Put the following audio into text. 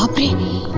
baby!